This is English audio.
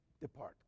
depart